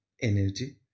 energy